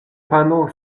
pano